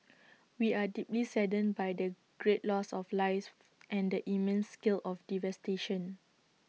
we are deeply saddened by the great loss of lives and the immense scale of the devastation